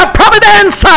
providence